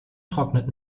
trocknet